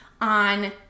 on